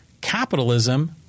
capitalism